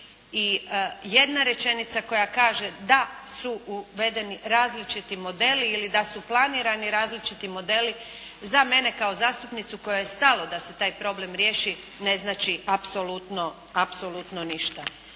i jedna rečenica koja kaže da su uvedeni različiti modeli, ili da su planirani različiti modeli, za mene kao zastupnicu kojoj je stalo da se taj problem riješi, ne znači apsolutno ništa.